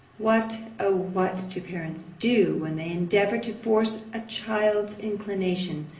what, o what, do parents do, when they endeavour to force a child's inclination,